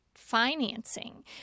financing